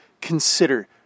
consider